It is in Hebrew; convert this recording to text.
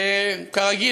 כרגיל,